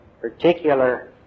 particular